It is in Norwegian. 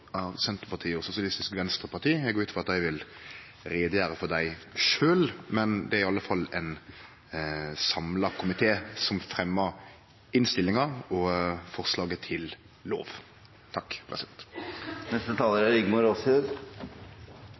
Senterpartiet og Sosialistisk Venstreparti, og eg går ut frå at dei sjølve vil gjere greie for dei. Men det er i alle fall ein samla komité som tilrår innstillinga og forslaget til lov.